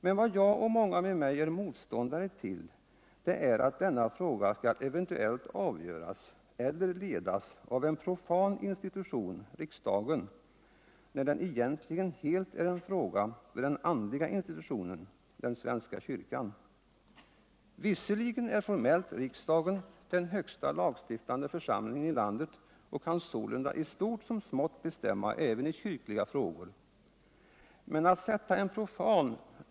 Men vad jag och många med mig är motståndare till det är att denna fråga eventuellt skall avgöras eller ledas av en profan institution, riksdagen, när den egentligen helt är en fråga för den andliga institutionen — den svenska kyrkan. Visserligen är formellt riksdagen den högsta lagstiftande församlingen i landet och kan sålunda i stort som smått bestämma även i kyrkliga frågor. Men att sätta en profan.